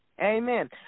Amen